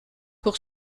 pour